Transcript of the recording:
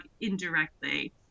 indirectly